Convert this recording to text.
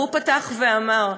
הוא פתח ואמר: